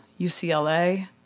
UCLA